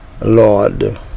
Lord